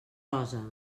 rosa